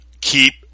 keep